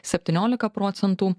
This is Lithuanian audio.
septyniolika procentų